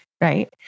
right